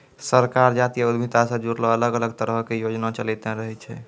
सरकार जातीय उद्यमिता से जुड़लो अलग अलग तरहो के योजना चलैंते रहै छै